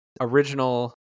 original